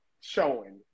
showing